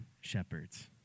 shepherds